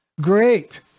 great